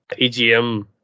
EGM